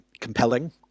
compelling